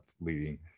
leading